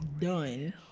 done